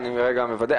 אני רגע מוודא,